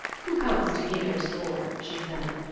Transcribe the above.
who comes to gymer's door? she said.